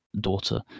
daughter